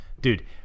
dude